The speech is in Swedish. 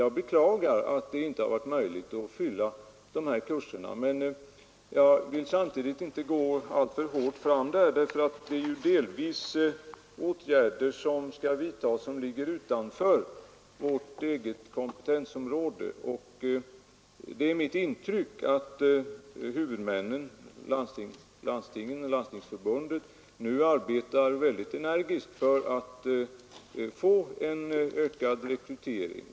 Jag beklagar att det inte har varit möjligt att fylla kurserna. Men samtidigt vill jag inte gå för hårt fram i det fallet, eftersom de åtgärder som skall vidtas bitvis ligger utanför vårt eget kompetensområde. Det är emellertid mitt intryck att huvudmännen, landstingen och Landstingsförbundet, nu arbetar mycket energiskt för att få en ökad rekrytering.